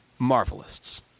Marvelists